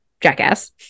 jackass